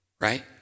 right